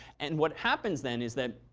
and what happens then is that